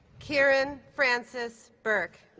kearan frances burke